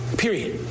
period